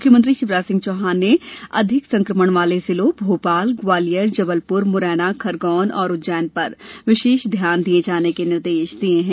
मुख्यमंत्री शिवराज सिंह चौहान ने अधिक संक्रमण वाले जिलों भोपाल ग्वालियर जबलपुर मुरैना खरगौन और उज्जैन पर विशेष ध्यान दिए जाने के निर्देश दिए हैं